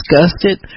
disgusted